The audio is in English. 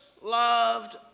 loved